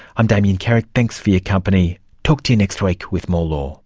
i'm damien carrick, thanks for your company. talk to you next week with more law